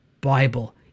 Bible